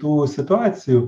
tų situacijų